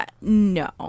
no